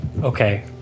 Okay